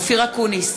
אופיר אקוניס,